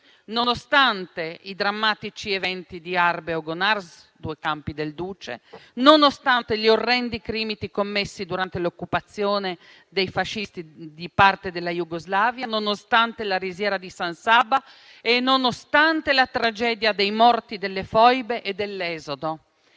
nonostante i drammatici eventi di Arbe o Gonars, due campi del duce; nonostante gli orrendi crimini commessi durante l'occupazione dei fascisti di parte della Jugoslavia; nonostante la risiera di San Sabba e nonostante la tragedia dei morti delle foibe e dell'esodo.